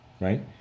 right